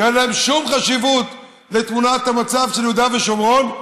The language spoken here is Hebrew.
שאין להן שום חשיבות בתמונת המצב של יהודה ושומרון,